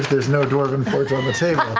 there's no dwarvenforge on the table.